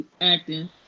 acting